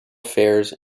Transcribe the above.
fairs